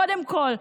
קודם כול,